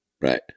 Right